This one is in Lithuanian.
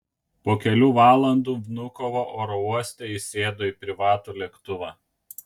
po kelių valandų vnukovo oro uoste jis sėdo į privatų lėktuvą